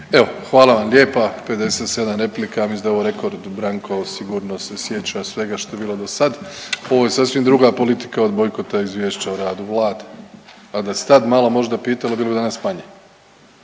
Evo hvala vam lijepa. 57 replika. Ja mislim da je ovo rekord. Branko sigurno se sjeća svega što je bilo do sad. Ovo je sasvim druga politika od bojkota izvješća o radu Vlade. Ali da se tad malo možda pitalo, bilo bi danas manje.